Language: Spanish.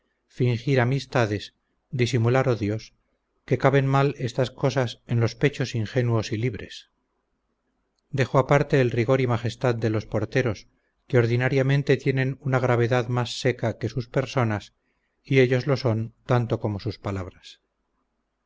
fingir amistades disimular odios que caben mal estas cosas en los pechos ingenuos y libres dejo aparte el rigor y majestad de los porteros que ordinariamente tienen una gravedad más seca que sus personas y ellos lo son tanto como sus palabras